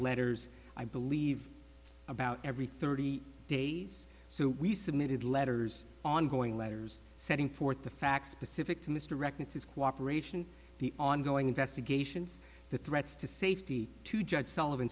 letters i believe about every thirty days so we submitted letters ongoing letters setting forth the facts specific to misdirect its cooperation the ongoing investigations the threats to safety to judge sullivan